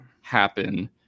happen